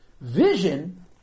Vision